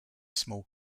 small